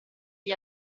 gli